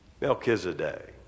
Melchizedek